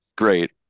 Great